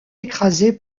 écrasée